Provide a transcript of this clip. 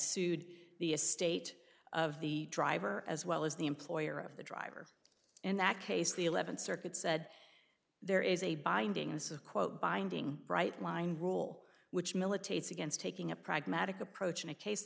sued the a state of the driver as well as the employer of the driver in that case the eleventh circuit said there is a binding as a quote binding bright line rule which militates against taking a pragmatic approach in a case